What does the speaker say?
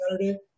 Saturday